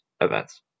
events